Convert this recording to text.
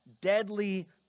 deadly